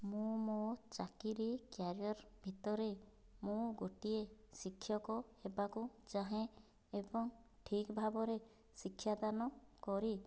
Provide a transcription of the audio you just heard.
ମୁଁ ମୋ ଚାକିରୀ କ୍ୟାରିୟର ଭିତରେ ମୁଁ ଗୋଟିଏ ଶିକ୍ଷକ ହେବାକୁ ଚାହେଁ ଏବଂ ଠିକ୍ ଭାବରେ ଶିକ୍ଷା ଦାନ କରି